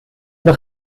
noch